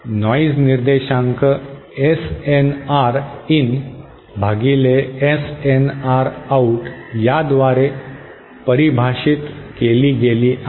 noise निर्देशांक SNR in भागिले SNR out याद्वारे परिभाषित केली गेली आहे